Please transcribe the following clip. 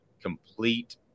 complete